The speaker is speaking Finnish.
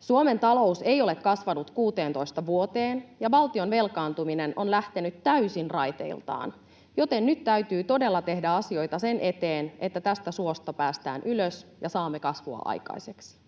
Suomen talous ei ole kasvanut 16 vuoteen, ja valtion velkaantuminen on lähtenyt täysin raiteiltaan, joten nyt täytyy todella tehdä asioita sen eteen, että tästä suosta päästään ylös ja saamme kasvua aikaiseksi.